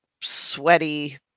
sweaty